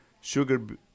sugar